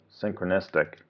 synchronistic